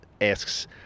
asks